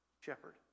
shepherd